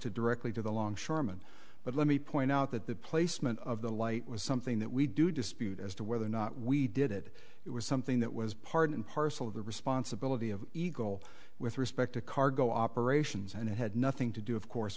to directly to the longshoreman but let me point out that the placement of the light was something that we do dispute as to whether or not we did it it was something that was part and parcel of the responsibility of eagle with respect to cargo operations and it had nothing to do of course